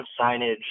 signage